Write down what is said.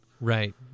Right